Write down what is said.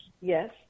Yes